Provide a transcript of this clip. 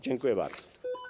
Dziękuję bardzo.